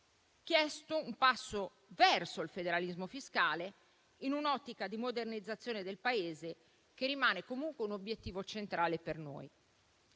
chiesto un passo verso il federalismo fiscale, in un'ottica di modernizzazione del Paese, che rimane comunque un obiettivo centrale per noi.